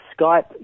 Skype